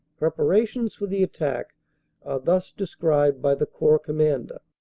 preparations for the attack are thus described by the corps commander